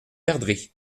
perdrix